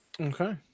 okay